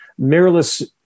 Mirrorless